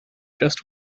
just